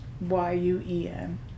Y-U-E-N